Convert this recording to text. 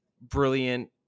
brilliant